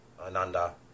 ananda